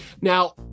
Now